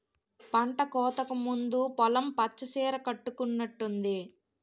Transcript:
పంటకోతకు ముందు పొలం పచ్చ సీర కట్టుకునట్టుంది